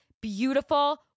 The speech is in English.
beautiful